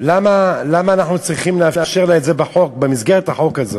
למה אנחנו צריכים לאפשר לה את זה במסגרת החוק הזה?